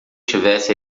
tivesse